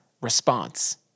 response